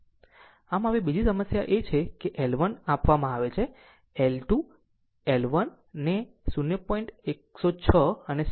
આમ હવે બીજી સમસ્યા એ છે કે L 1 ને આપવામાં આવે છે L 2 L 1 ને 0